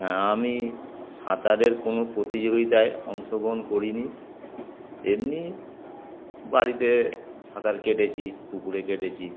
হ্যাঁ আমি সাঁতারের কোনো প্রতিযোগিতায় অংশগ্রহণ করিনি এমনি বাড়িতে সাঁতার কেটেছি পুকুরে কেটেছি